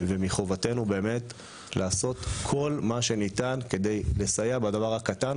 ומחובתנו באמת לעשות כל מה שניתן כדי לסייע בדבר הקטן